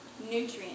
nutrients